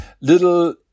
little